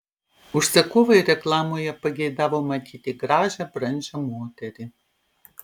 užsakovai reklamoje pageidavo matyti gražią brandžią moterį